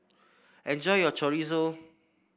enjoy your Chorizo